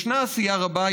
ישנה עשייה רבה,